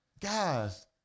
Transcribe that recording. Guys